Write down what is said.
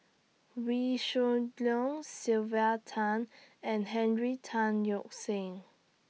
Wee Shoo Leong Sylvia Tan and Henry Tan Yoke See